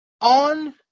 On